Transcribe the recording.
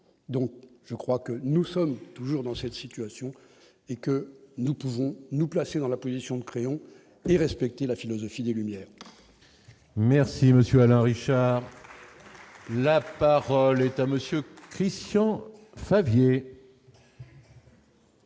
donc je crois que nous sommes toujours dans cette situation et que nous pouvons nous placer dans la position de crayon et respecter la philosophie des Lumières. Merci monsieur Alain Richard, la parole est à monsieur Christian Favier.